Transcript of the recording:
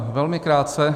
Velmi krátce.